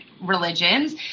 religions